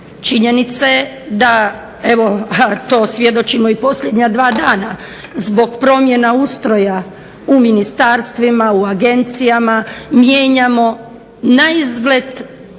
Činjenica je da a to svjedočimo i posljednja dva dana zbog promjena ustroja u ministarstvima, u agencijama, mijenjamo naizgled